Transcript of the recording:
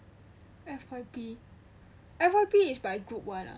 F_Y_P F_Y_P is by group [one] ah